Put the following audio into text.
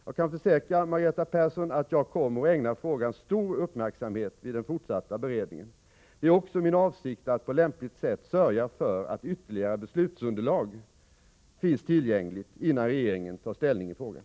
Jag kan försäkra Margareta Persson att jag kommer att ägna frågan stor uppmärksamhet vid den fortsatta beredningen. Det är också min avsikt att på lämpligt sätt sörja för att ytterligare beslutsunderlag finns tillgängligt innan regeringen tar ställning i frågan.